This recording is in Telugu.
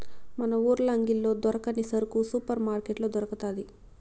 మన ఊర్ల అంగిల్లో దొరకని సరుకు సూపర్ మార్కట్లో దొరకతాది